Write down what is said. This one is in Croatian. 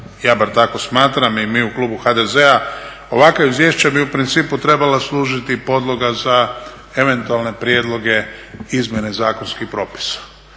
ja bar tako smatram i mi u klubu HDZ-a, ovakvo izvješće bi u principu trebala služiti podloga za eventualne prijedloge, izmjene zakonskih propisa.